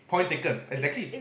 point taken exactly